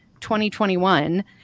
2021